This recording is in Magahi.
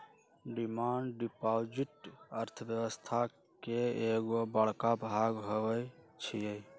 डिमांड डिपॉजिट अर्थव्यवस्था के एगो बड़का भाग होई छै